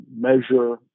Measure